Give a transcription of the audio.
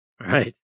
right